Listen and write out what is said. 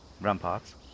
ramparts